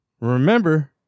Remember